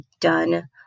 done